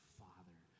father